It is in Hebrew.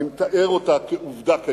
אני מתאר אותה כעובדה קיימת.